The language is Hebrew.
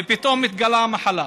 ופתאום מתגלה המחלה.